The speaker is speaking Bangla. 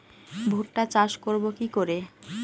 ভুট্টা চাষ করব কি করে?